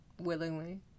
willingly